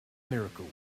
miracles